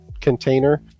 container